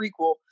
prequel